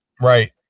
Right